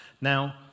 Now